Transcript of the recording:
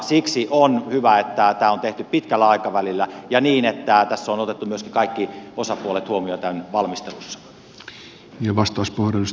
siksi on hyvä että tämä on tehty pitkällä aikavälillä ja niin että myöskin on otettu kaikki osapuolet huomioon tämän valmistelussa